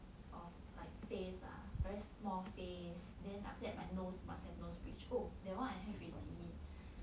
of like face ah very small face then after that my nose must have nose bridge oh that one I have already